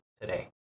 today